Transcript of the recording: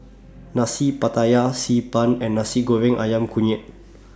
Nasi Pattaya Xi Ban and Nasi Goreng Ayam Kunyit